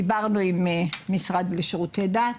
דיברנו עם המשרד לשירותי דת,